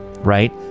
right